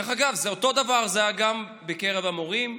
דרך אגב, אותו דבר היה גם בקרב המורים,